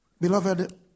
Beloved